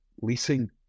leasing